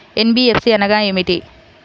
NBFC అనగా ఏమిటీ?